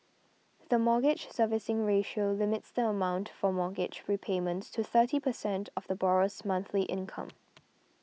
the Mortgage Servicing Ratio limits the amount for mortgage repayments to thirty percent of the borrower's monthly income